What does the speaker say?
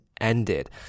ended